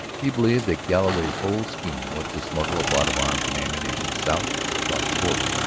he believed that galloway's whole scheme was to smuggle a lot of arms and ammunition south and across the border,